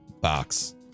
box